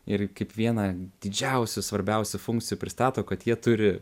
ir kaip vieną didžiausių svarbiausių funkcijų pristato kad jie turi